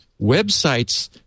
websites